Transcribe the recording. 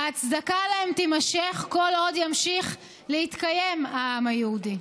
ההצדקה להם תימשך כל עוד ימשיך להתקיים העם היהודי.